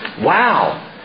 wow